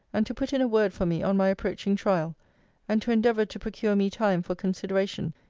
and to put in a word for me on my approaching trial and to endeavour to procure me time for consideration,